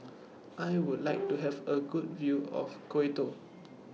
I Would like to Have A Good View of Quito